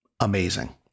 amazing